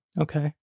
Okay